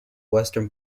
western